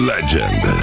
Legend